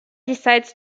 decides